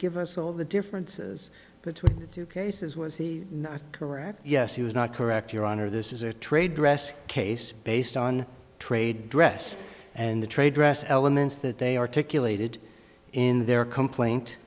give us all the differences between the two cases was he not correct yes he was not correct your honor this is a trade dress case based on trade dress and the trade dress elements that they articulated in their complaint